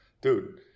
dude